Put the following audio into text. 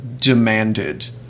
demanded